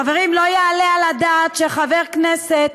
חברים, לא יעלה על הדעת שחבר כנסת